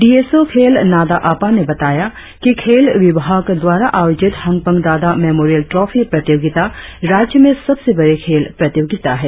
D S O खेल नादा अपा ने बताया कि खेल विभाग द्वारा आयोजित हंगपन दादा मेमोरियल ट्रॉफी प्रतियोगिता राज्य में सबसे बड़ी खेल प्रतियोगिता है